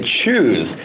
choose